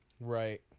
Right